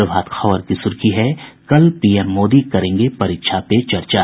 प्रभात खबर की सुर्खी है कल पीएम मोदी करेंगे परीक्षा पे चर्चा